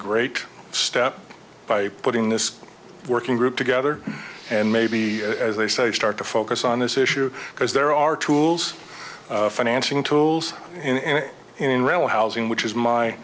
great step by putting this working group together and maybe as they say start to focus on this issue because there are tools financing tools and in real housing which